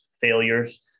failures